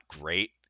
great